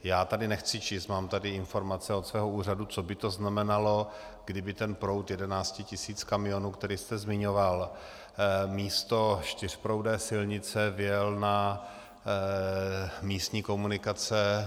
Já tady nechci číst, mám tady informace od svého úřadu, co by to znamenalo, kdyby ten proud 11 tisíc kamionů, který jste zmiňoval, místo čtyřproudé silnice vjel na místní komunikace.